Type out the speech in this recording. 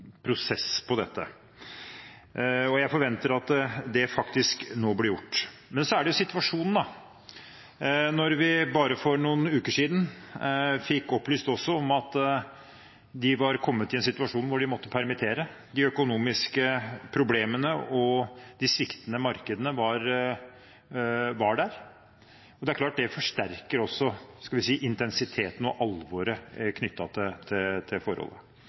prosess på dette. Jeg forventer at det nå faktisk blir gjort. Men så er det situasjonen da, når vi bare for noen uker siden også fikk opplyst at de var kommet i en situasjon hvor de måtte permittere, de økonomiske problemene og de sviktende markedene var der. Det er klart at det forsterker også intensiteten og alvoret knyttet til forholdet.